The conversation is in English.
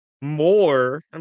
more